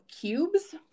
cubes